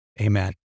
Amen